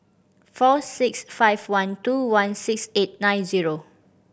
four six five one two one six eight nine zero